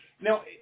Now –